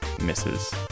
Misses